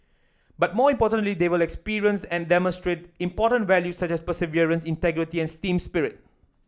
but more importantly they will experience and demonstrate important values such as perseverance integrity and team spirit